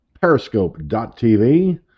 Periscope.tv